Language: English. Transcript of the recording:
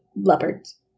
Leopards